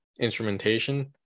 instrumentation